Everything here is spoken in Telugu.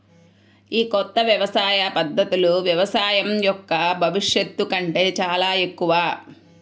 ఈ కొత్త వ్యవసాయ పద్ధతులు వ్యవసాయం యొక్క భవిష్యత్తు కంటే చాలా ఎక్కువ